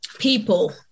people